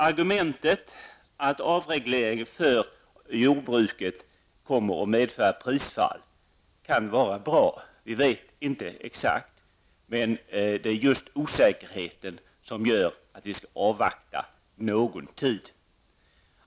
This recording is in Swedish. Argumentet att avreglering för jordbruket kommer att medföra prisfall kan vara bra. Vi vet inte exakt, och det är just osäkerheten som gör att vi skall avvakta någon tid.